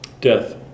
Death